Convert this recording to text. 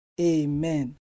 Amen